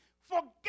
Forget